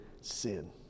sin